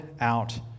out